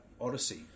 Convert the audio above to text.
Odyssey